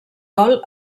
gol